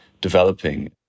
developing